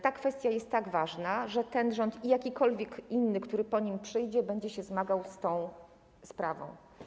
Ta kwestia jest tak ważna, ponieważ ten rząd, i jakikolwiek inny, który po nim przyjdzie, będzie zmagał się z tą sprawą.